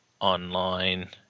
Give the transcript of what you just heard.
online